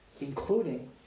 including